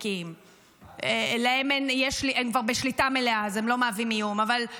מחר יהיה רשימה של מטרות